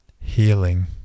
healing